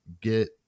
get